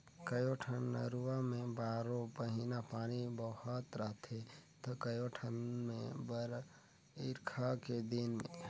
कयोठन नरूवा में बारो महिना पानी बोहात रहथे त कयोठन मे बइरखा के दिन में